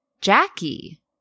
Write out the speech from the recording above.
Jackie